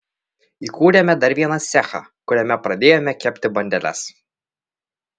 įkūrėme dar vieną cechą kuriame pradėjome kepti bandeles